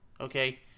okay